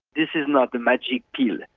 this is not a magic pill,